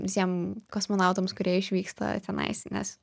visiem kosmonautams kurie išvyksta tenais nes